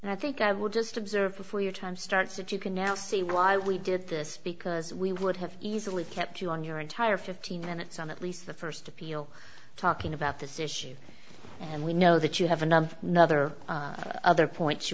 and i think i would just observe before your time starts that you can now see why we did this because we would have easily kept you on your entire fifteen minutes on at least the first appeal talking about this issue and we know that you have another another other points you